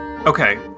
Okay